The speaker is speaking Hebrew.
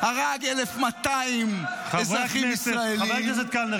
הרג 1,200 אזרחים ישראלים ----- חבר הכנסת קלנר,